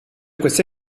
queste